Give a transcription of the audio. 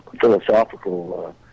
philosophical